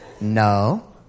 No